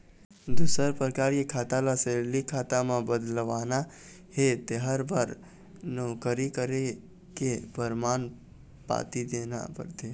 दूसर परकार के खाता ल सेलरी खाता म बदलवाना हे तेखर बर नउकरी करे के परमान पाती देना परथे